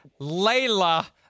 Layla